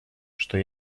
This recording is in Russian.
что